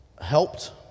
helped